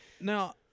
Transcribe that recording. Now